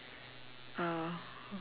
uh